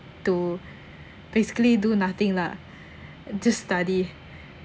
to basically do nothing lah just study